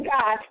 God